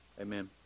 amen